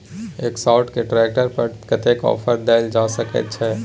Escort के tractor पर कतेक ऑफर दैल जा सकेत छै?